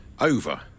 Over